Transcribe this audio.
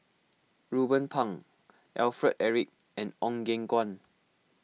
Ruben Pang Alfred Eric and Ong Eng Guan